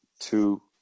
Two